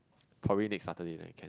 probably next Saturday then I can